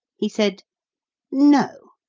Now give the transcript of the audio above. he said no,